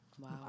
Wow